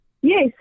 Yes